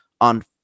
on